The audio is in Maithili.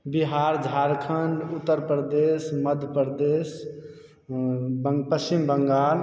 बिहार झारखण्ड उत्तरप्रदेश मध्यप्रदेश बन पश्चिम बंगाल